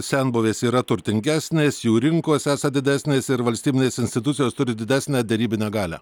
senbuvės yra turtingesnės jų rinkos esą didesnės ir valstybinės institucijos turi didesnę derybinę galią